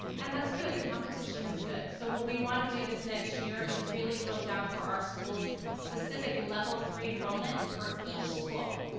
and that's good, competition is good, so what we wanna do this next year is really drill down for our schools specific level three enrollment for each school.